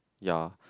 ya